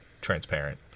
transparent